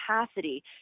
capacity